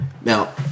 Now